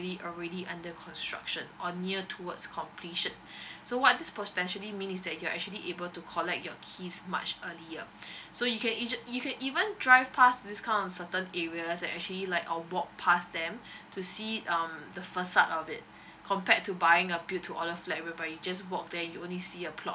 already under construction or near towards completion so what this potentially means is that you're actually able to collect your keys much earlier so you can easily you can even drive pass this kind of certain areas that actually like or walk pass them to see um the facade of it compared to buying a build to order flat whereby you just walk there you only see a plot